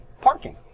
parking